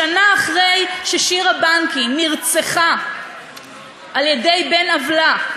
שנה אחרי ששירה בנקי נרצחה על-ידי בן-עוולה,